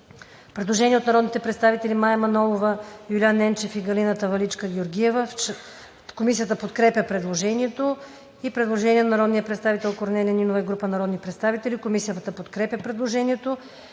Предложение на народните представители Мая Манолова, Юлиян Ненчев и Галина Таваличка-Георгиева. Комисията подкрепя предложението. Предложение на народния представител Корнелия Нинова и група народни представители. Комисията подкрепя предложението.